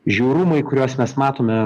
žiaurumai kuriuos mes matome